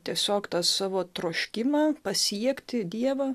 tiesiog tą savo troškimą pasiekti dievą